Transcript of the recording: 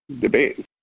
debate